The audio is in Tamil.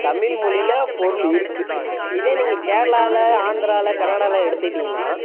தமிழ் மொழியில பொருள் இருக்குது இதே நீங்கள் கேரளாவில ஆந்திராவில கர்நாடகாவில எடுத்துக்கிட்டிங்கனா